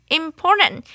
important